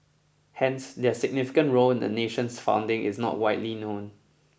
hence their significant role in the nation's founding is not widely known